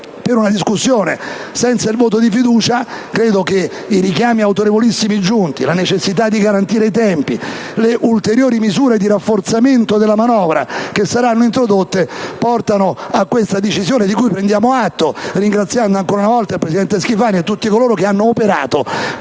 per una discussione senza il voto di fiducia. Credo che gli autorevolissimi richiami giunti, la necessità di garantire i tempi e le ulteriori misure di rafforzamento della manovra che saranno introdotte portino a questa decisione, di cui prendiamo atto, ringraziando - ancora una volta - il presidente Schifani e tutti coloro che hanno operato